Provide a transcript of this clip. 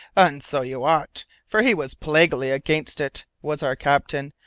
and so you ought, for he was plaguily against it, was our captain,